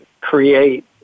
create